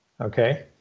Okay